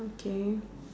okay